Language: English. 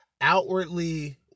outwardly